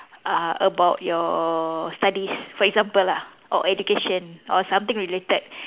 uh about your studies for example lah or education or something related